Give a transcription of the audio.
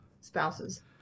spouses